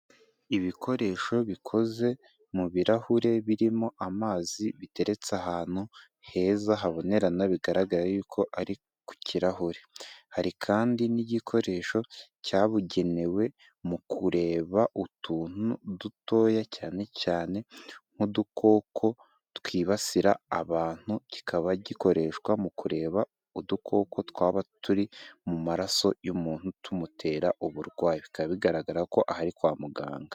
Ibikoresho bikoze mu birahure, birimo amazi biteretse ahantu heza habonerana, bigaragara yuko ari ku kirahure, hari kandi n'igikoresho cyabugenewe mu kureba utuntu dutoya cyane cyane nk'udukoko twibasira abantu, kikaba gikoreshwa mu kureba udukoko twaba turi mu maraso y'umuntu, tumutera uburwayi bikaba bigaragara ko aha ari kwa muganga.